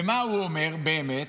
ומה הוא אומר באמת?